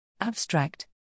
Abstract